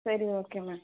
சரி okay ma'am